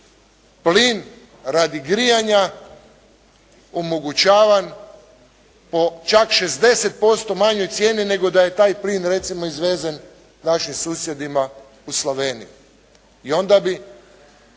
plin radi grijanja omogućavan po čak 60% manjoj cijeni nego da je taj plin recimo izvezen našim susjedima u Sloveniji. I onda bi